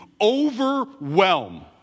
overwhelm